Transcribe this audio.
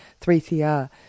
3CR